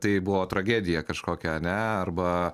tai buvo tragedija kažkokia ane arba